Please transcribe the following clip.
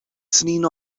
snin